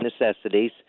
necessities